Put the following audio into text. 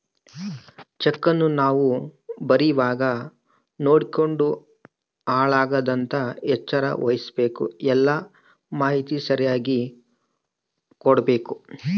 ಚೆಕ್ಕನ್ನ ನಾವು ಬರೀವಾಗ ನೋಡ್ಯಂಡು ಹಾಳಾಗದಂಗ ಎಚ್ಚರ ವಹಿಸ್ಭಕು, ಎಲ್ಲಾ ಮಾಹಿತಿ ಸರಿಯಾಗಿ ಕೊಡ್ಬಕು